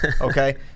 okay